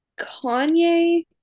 Kanye